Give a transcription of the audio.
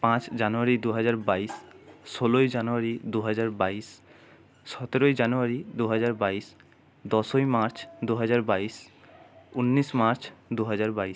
পাঁচ জানুয়ারি দু হাজার বাইশ ষোলোই জানুয়ারি দু হাজার বাইশ সতেরোই জানুয়ারি দু হাজার বাইশ দশই মার্চ দু হাজার বাইশ উনিশ মার্চ দু হাজার বাইশ